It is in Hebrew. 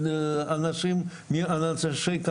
את מי ללמד בהשכלה גבוהה.